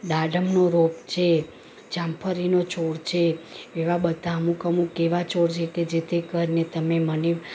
દાડમનો રોપ છે જામફળીનો છોડ છે એવા બધા અમુક અમુક એવા છોડ કે જેથી કરીને તમે મને